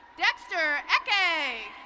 dexter ecce.